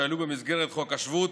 שעלו במסגרת חוק השבות,